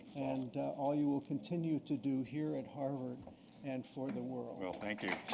and all you will continue to do here at harvard and for the world. well, thank you.